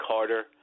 Carter